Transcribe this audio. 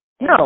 No